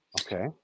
Okay